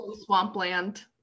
Swampland